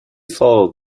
followed